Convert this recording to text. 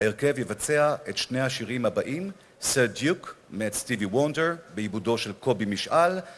ההרכב יבצע את שני השירים הבאים סר דיוק מאת סטיבי וונדר בעיבודו של קובי משעל